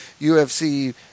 UFC